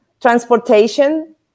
transportation